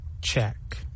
Check